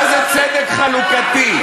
מה זה צדק חלוקתי?